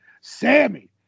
Sammy